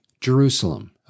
Jerusalem